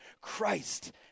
Christ